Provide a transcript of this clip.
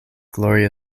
gloria